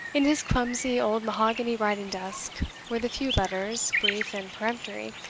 in his clumsy old mahogany writing-desk were the few letters, brief and peremptory,